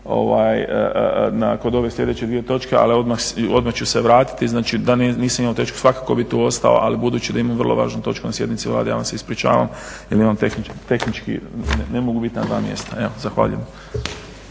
kod ove sljedeće dvije točke, ali odmah ću se vratiti. Da nisam imao točku svakako bih tu ostao, ali budući da imam vrlo važnu točku na sjednici Vlade, ja vam se ispričavam jer tehnički ne mogu biti na dva mjesta. Evo, zahvaljujem.